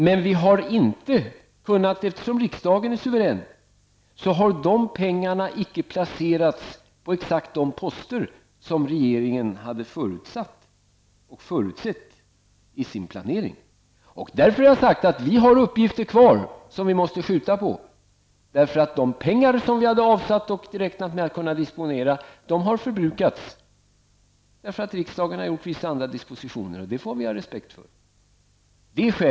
Men eftersom riksdagen är suverän har de pengarna inte placerats på exakt de poster som regeringen hade förutsatt och förutsett i sin planering. Jag har därför sagt att regeringen har kvar uppgifter som vi måste skjuta på, eftersom de pengar som regeringen avsatt och räknat med att disponera har förbrukats då riksdagen har gjort vissa andra dispositioner, och det får vi respektera.